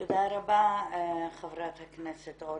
תודה רבה, חברת הכנסת אורלי.